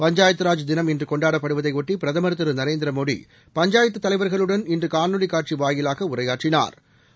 பஞ்சாயத்தராஜ் தினம் இன்று கொண்டாடப்படுவதையொட்டி பிரதம் திரு நரேந்திரமோடி பஞ்சாயத்து தலைவர்களுடன் இன்று காணொலி காட்சி வாயிலாக உரையாற்றினாா்